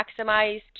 maximize